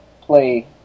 play